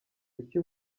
kuki